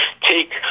take